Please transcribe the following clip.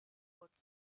could